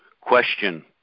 question